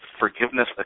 forgiveness